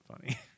funny